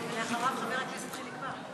ואחריו, חבר הכנסת חיליק בר.